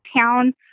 town